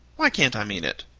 why can't i mean it?